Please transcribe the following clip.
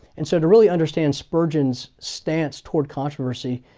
and so to really understand spurgeon's stance toward controversy,